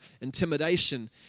intimidation